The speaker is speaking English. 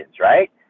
right